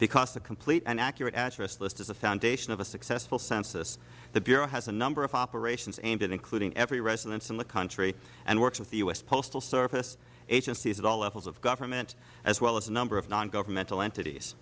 because a complete and accurate address list is the foundation of a successful census the bureau has a number of operations aimed at including every residence in the country and works with the u s postal service agencies at all levels of government as well as a number of non governmental entities